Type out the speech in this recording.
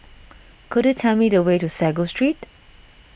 could you tell me the way to Sago Street